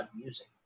music